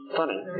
funny